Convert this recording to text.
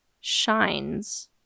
shines